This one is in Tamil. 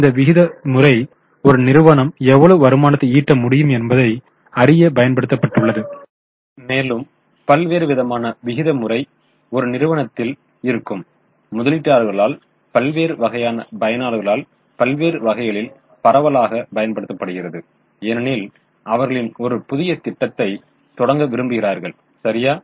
எனவே இந்த விகித முறை ஒரு நிறுவனம் எவ்வளவு வருமானத்தை ஈட்ட முடியும் என்பதை அறிய பயன்படுத்தப்பட்டுள்ளது மேலும் பல்வேறுவிதமான விகிதமுறை ஒரு நிறுவனத்தில் இருக்கும் முதலீட்டாளர்களால் பல்வேறு வகையான பயனர்களால் பல்வேறு வகைகளில் பரவலாகப் பயன்படுத்தப்படுகிறது ஏனெனில் அவர்கள் ஒரு புதிய திட்டத்தை தொடங்க விரும்புகிறார்கள் சரியா